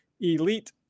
Elite